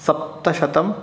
सप्तशतम्